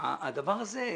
הדבר הזה,